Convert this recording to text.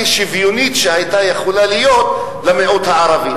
שוויונית שהיתה יכולה להיות למיעוט הערבי.